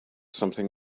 something